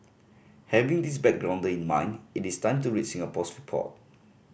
having this backgrounder in mind it is time to read Singapore's report